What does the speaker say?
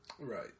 Right